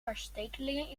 verstekelingen